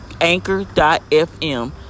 anchor.fm